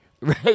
Right